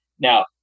Now